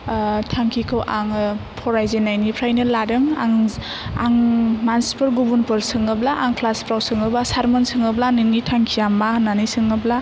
थांखिखौ आङो फरायजेननायनिफ्रायनो लादों आं आं मानसिफोर गुबुनफोर सोङोब्ला आं ख्लासफ्राव सोङोब्ला सारमोन सोङोब्ला नोंनि थांखिया मा होननानै सोङोब्ला